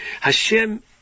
Hashem